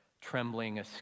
trembling